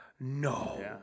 No